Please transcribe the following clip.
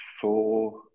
four